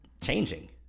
changing